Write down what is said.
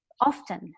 often